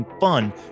fun